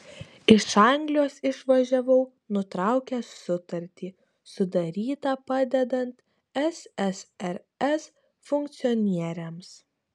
iš anglijos išvažiavau nutraukęs sutartį sudarytą padedant ssrs funkcionieriams